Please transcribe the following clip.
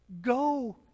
Go